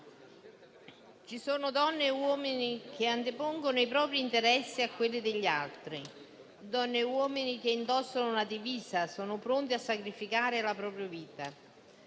ci sono donne e uomini che antepongono ai propri interessi quelli degli altri, donne e uomini che indossano una divisa e sono pronti a sacrificare la propria vita,